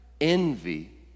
Envy